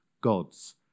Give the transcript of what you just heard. God's